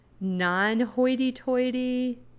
non-hoity-toity